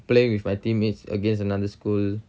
playing with my teammates against another school